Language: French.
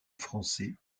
français